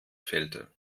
fehlte